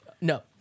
No